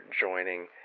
joining